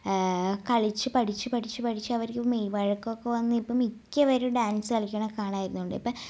കളിച്ച് പഠിച്ച് പഠിച്ച് പഠിച്ച് അവർക്ക് മെയ്യ് വഴക്കൊക്കെ വന്ന് ഇപ്പം മിക്കവരും ഡാൻസ് കളിക്കണ കാണായിരുന്നുണ്ട് ഇപ്പം